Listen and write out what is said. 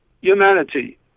humanity